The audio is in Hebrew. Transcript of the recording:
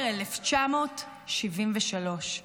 12.10.1973 /